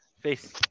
face